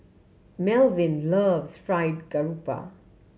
Melvin loves Fried Garoupa